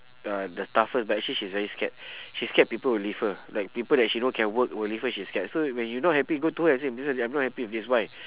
the the toughest but actually she's very scared she scared people will leave her like people that she know can work will leave her she scared so when you not happy go to her and say missus lai I'm not happy because why